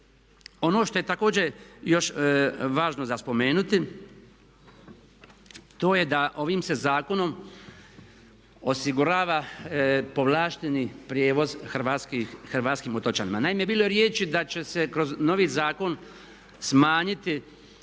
Ono što je također još važno za spomenuti, to je da ovim se zakonom osigurava povlašteni prijevoz hrvatskim otočanima. Naime, bilo je riječi da će se kroz novi zakon smanjiti